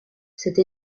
cette